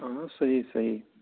آ صحیٖح صحیٖح